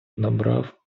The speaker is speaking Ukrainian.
набрав